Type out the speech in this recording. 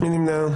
מי נמנע?